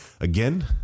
again